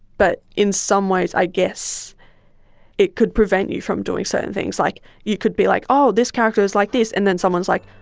but in some ways i guess it could prevent you from doing certain things. like you could be, like oh, this character is like this, and then someone is like,